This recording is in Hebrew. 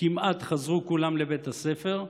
כמעט כולם חזרו לבית הספר.